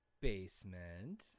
Basement